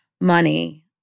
money